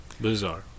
bizarre